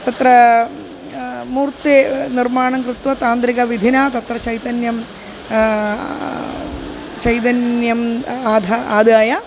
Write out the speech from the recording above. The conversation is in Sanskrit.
तत्र मूर्तेः निर्माणं कृत्वा तान्त्रिकविधिना तत्र चैतन्यं चैतन्यम् आदाय आदाय